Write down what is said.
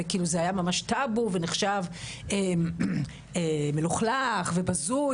זה היה ממש טאבו ונחשב מלוכלך ובזוי